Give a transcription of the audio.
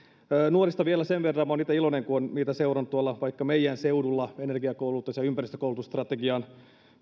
nuorista vielä tämän verran minä olen itse iloinen kun olen heitä seurannut tuolla vaikka meidän seudulla energiakoulutus ja ympäristökoulutusstrategian